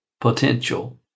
potential